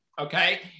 Okay